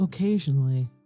Occasionally